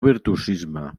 virtuosisme